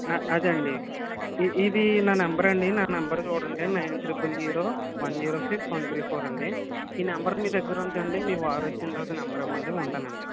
అదండీ ఇది నా నెంబర్ అండీ నా నెంబర్ చూడండి nine triple zero one zero six one three four అండీ ఈ నెంబర్ మీ దగ్గర ఉంచండి మీ వారు వచ్చిన తర్వాత నెంబర్ ఇవ్వండి ఉంటానండీ